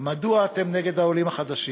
מדוע אתם נגד העולים החדשים?